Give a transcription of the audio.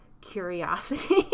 curiosity